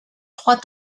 trois